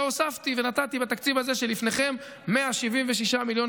מש"ס, אפילו ינון אזולאי, להחמיא לכם על העבודה.